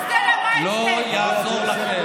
סטלה ויינשטיין, לא יעזור לכם.